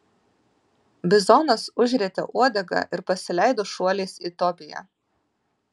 bizonas užrietė uodegą ir pasileido šuoliais į tobiją